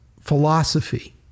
philosophy